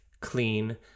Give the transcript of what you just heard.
clean